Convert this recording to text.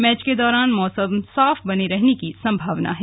match के दौरान मौसम साफ बने रहने की संभावना है